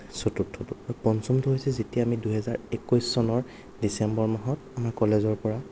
চতুৰ্থটো পঞ্চমটো হৈছে যেতিয়া আমি দুহেজাৰ একৈছ চনৰ ডিচেম্বৰ মাহত আমাৰ কলেজৰ পৰা